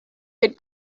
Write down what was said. could